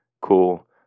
cool